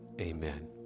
amen